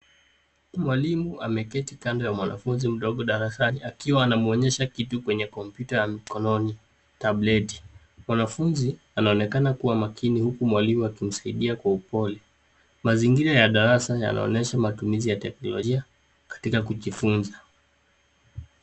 Mwalimu ameketi kando ya mwanafunzi mdogo darasani akiwa anamuonyesha kitu kwenye kompyuta ya mkononi, tableti . Mwanafunzi anaonekana kuwa makini huku mwalimu akimsaidia kwa upole. Mazingira ya darasa yanaonyesha matumizi ya teknolojia katika kujifunza.